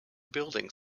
building